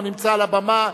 הנמצא על הבמה.